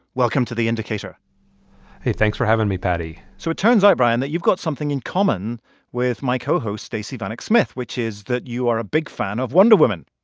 welcome to the indicator hey, thanks for having me, paddy so it turns out, brian, that you've got something in common with my co-host stacey vanek smith, which is that you are a big fan of wonder woman.